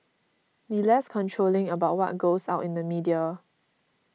be less controlling about what goes out in the media